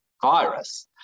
virus